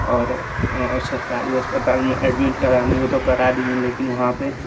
और सरकारी अस्पताल में एडमिट कराने को तो करा दिए लेकिन वहाँ पर